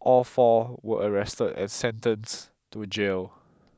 all four were arrested and sentenced to jail